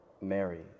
Mary